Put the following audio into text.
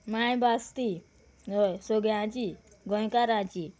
मांय भास ती हय सोग्यांची गोंयकाराची